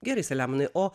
gerai selemonai o